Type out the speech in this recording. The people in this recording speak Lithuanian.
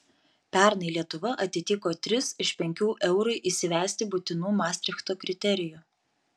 pernai lietuva atitiko tris iš penkių eurui įsivesti būtinų mastrichto kriterijų